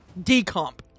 decomp